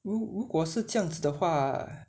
如果是这样子的话